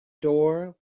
door